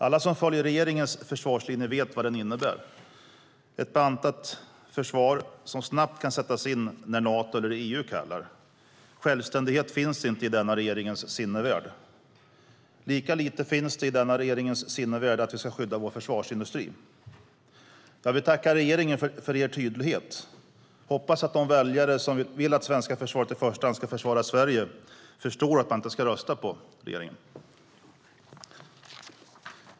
Alla som följer regeringens försvarslinje vet vad den innebär, nämligen ett bantat försvar som snabbt kan sättas in när Nato eller EU kallar. Självständighet finns inte i denna regerings sinnevärld. Lika lite finns det i denna regerings sinnevärld att vi ska skydda vår försvarsindustri. Jag vill tacka regeringen för er tydlighet. Jag hoppas att de väljare som vill att svenska försvaret i första hand ska försvara Sverige förstår att man inte ska rösta på regeringen.